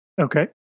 Okay